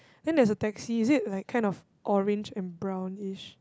then there is a taxi is it like kind of orange and brownish